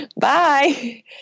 bye